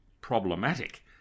problematic